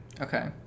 okay